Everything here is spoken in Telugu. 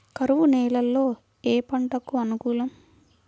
కరువు నేలలో ఏ పంటకు అనుకూలం?